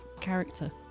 character